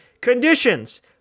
conditions